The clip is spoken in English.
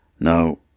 Now